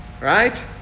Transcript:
right